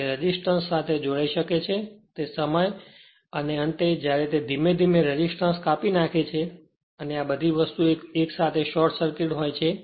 જે રેસિસ્ટન્સ સાથે જોડાઈ શકે છે તે સમયે અને અંતે જ્યારે તે ધીમે ધીમે રેસિસ્ટન્સ કાપી નાખે છે અને આ બધી વસ્તુઓ એક સાથે શોર્ટ સર્કિટ હોય છે